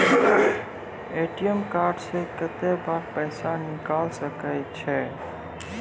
ATM card से कत्तेक बेर पैसा निकाल सके छी?